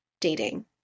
dating